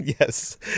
Yes